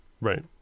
Right